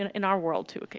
in our world too,